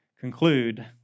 conclude